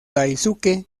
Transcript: daisuke